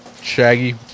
Shaggy